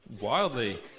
Wildly